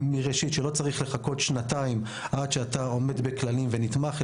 לא צריך לחכות שנתיים עד שאתה עומד בכללים ונתמך,